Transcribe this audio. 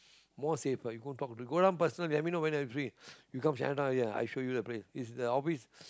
more safe ah you go talk you go down personal let me know whether you free you come Chinatown already I show you the place is the office